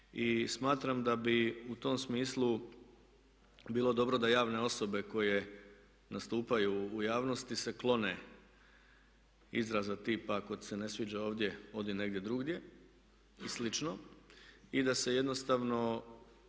I smatram da bi u tom smislu bilo dobro da javne osobe koje nastupaju u javnosti se klone izraza tipa "ako ti se ne sviđa ovdje odi negdje drugdje" i slično. I da se jednostavno